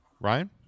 ryan